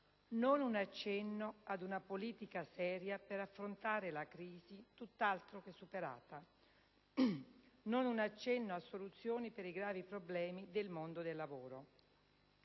Non un accenno ad una politica seria per affrontare la crisi, tutt'altro che superata; non un accenno a soluzioni per i gravi problemi del mondo del lavoro.